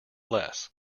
less